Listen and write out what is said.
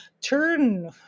turn